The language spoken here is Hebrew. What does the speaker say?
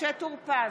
משה טור פז,